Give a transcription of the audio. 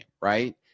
right